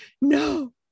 no